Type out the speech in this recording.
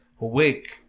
awake